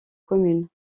commune